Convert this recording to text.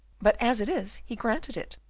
but as it is he granted it.